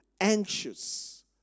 anxious